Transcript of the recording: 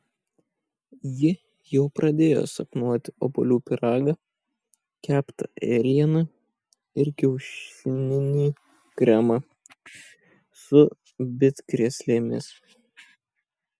ji jau pradėjo sapnuoti obuolių pyragą keptą ėrieną ir kiaušininį kremą su bitkrėslėmis